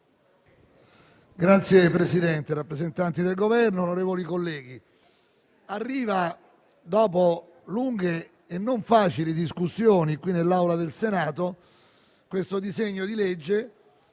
Signor Presidente, signori rappresentanti del Governo, onorevoli colleghi, dopo lunghe e non facili discussioni arriva qui nell'Aula del Senato questo disegno di legge.